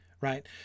right